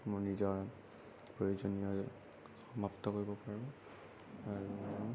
মোৰ নিজৰ প্ৰয়োজনীয় সমাপ্ত কৰিব পাৰোঁ আৰু